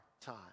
time